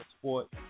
sport